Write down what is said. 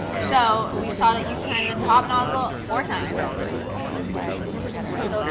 so we saw that you turn the top nozzle four times which way? i forget already.